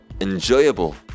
Enjoyable